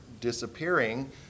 disappearing